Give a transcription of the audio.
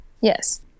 Yes